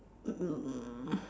um